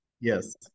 Yes